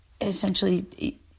essentially